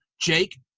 Jake